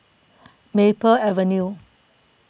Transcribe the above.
Maple Avenue